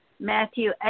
Matthew